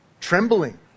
trembling